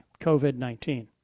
COVID-19